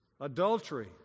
Adultery